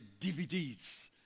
DVDs